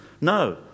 No